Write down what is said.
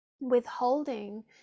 withholding